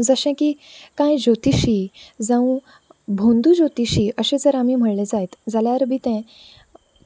जशे की कांय ज्योतिशी जांव भोंदू ज्योतिशी अशें जर आमी म्हणलें जायत जाल्यार बी तें